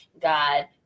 god